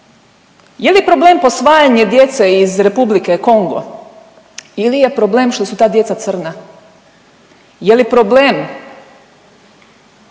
je li problem posvajanje djece iz Republike Kongo ili je problem što su ta djeca crna? Je li problem